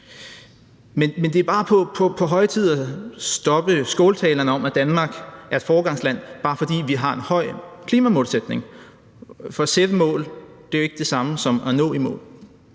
Men det er på høje tid at stoppe skåltalerne om, at Danmark er et foregangsland, bare fordi vi har en høj klimamålsætning, for at sætte mål er jo ikke det samme som at nå i mål.